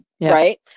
right